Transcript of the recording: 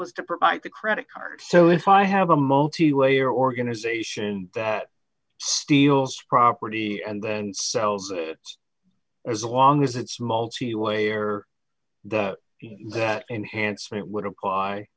was to provide the credit card so if i have a multi way or organization that steals property and then sells it as long as it's multiway or that enhancement would apply